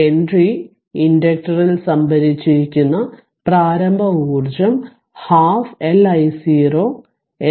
5 henry ഇൻഡക്ടറിൽ സംഭരിച്ചിരിക്കുന്ന പ്രാരംഭ ഊർജ്ജം പകുതി L I0 L 0 സ്ക്വാര്